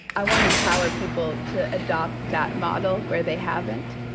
i want to empower people to adopt that model where they haven't.